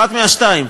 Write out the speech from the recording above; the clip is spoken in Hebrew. אחת מהשתיים: